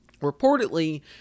Reportedly